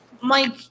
Mike